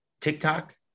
TikTok